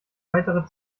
weitere